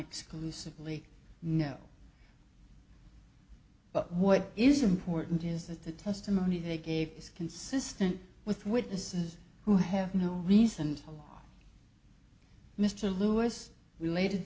exclusively no but what is important is that the testimony they gave is consistent with witnesses who have no reason to the law mr lewis related